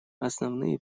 основные